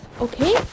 okay